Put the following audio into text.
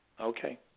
okay